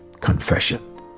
confession